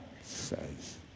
says